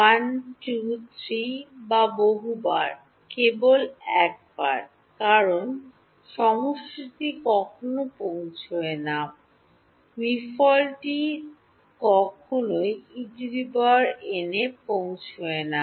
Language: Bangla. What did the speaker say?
1 2 3 বা বহুবার কেবল একবার কারণ সমষ্টিটি কখনও পৌঁছায় না মিফলটি কখনই En এ পৌঁছায় না